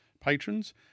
patrons